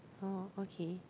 oh okay